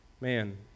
Man